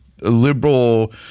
liberal